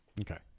Okay